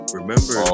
remember